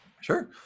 Sure